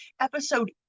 episode